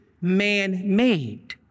Man-made